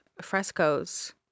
frescoes